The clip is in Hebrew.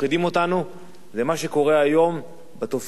אלא מה שקורה היום בתופעת ההגירה למדינת ישראל.